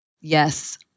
Yes